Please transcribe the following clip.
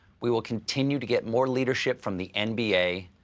we will continue to get more leadership from the n b a.